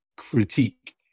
critique